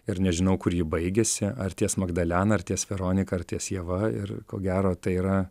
ir nežinau kur ji baigiasi ar ties magdalena ar ties veronika ar ties ieva ir ko gero tai yra